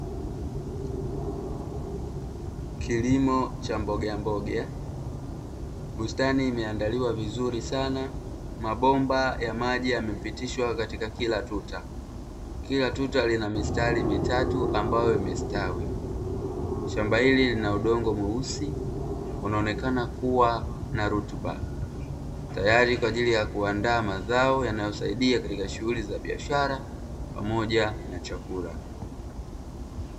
Kilimo cha mbogamboga, bustani imeandaliwa vizuri sana mabomba ya maji yamepitishwa kila tuta, kila tuta lina mistari ambayo imestawi shamba hili lina udongo mweusi unaonekana kuwa na rutuba tayari kwaajili ya kuandaa mazao yanayosaidia katika shughuli za biashara pamoja na chakula.